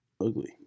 ugly